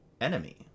enemy